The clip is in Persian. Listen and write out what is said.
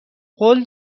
قول